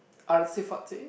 artsy fartsy